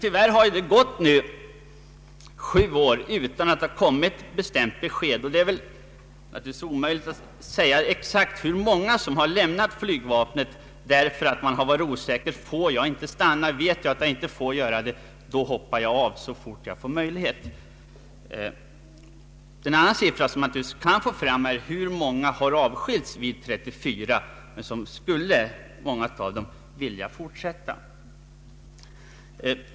Tyvärr har det nu gått sju år utan att bestämt besked har lämnats. Det är naturligtvis omöjligt att exakt säga hur många som har lämnat flygvapnet därför att de har varit osäkra på hur länge de skulle få stanna. ”Vet jag att jag inte får stanna, så hoppar jag av så fort jag får en möjlighet.” En annan siffra, som man lättare kan få fram, är en uppgift på hur många som har av skilts vid 34 års ålder, fastän de skulle ha velat fortsätta.